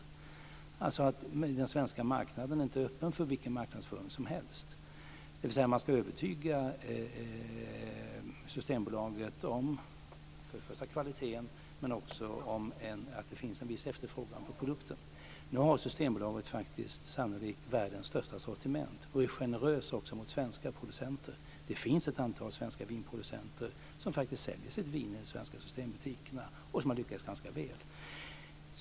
Det innebär att den svenska marknaden inte är öppen för vilken marknadsföring som helst. Man ska alltså övertyga Systembolaget om för det första kvaliteten och för det andra att det finns en viss efterfrågan på produkten. Nu har Systembolaget sannolikt världens största sortiment och är generöst också mot svenska producenter. Det finns ett antal svenska vinproducenter som säljer sitt vin i de svenska systembutikerna och som har lyckats ganska väl.